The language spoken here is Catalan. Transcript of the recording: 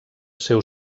seu